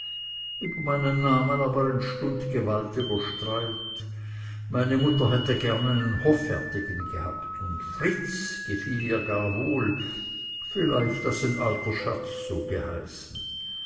über meinen namen aber entstund gewaltiger streit meine mutter hätte gern einen hoffärtigen gehabt und fritz gefiel ihr gar wohl vielleicht daß ein alter schatz so geheißen